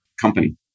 company